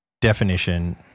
definition